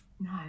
No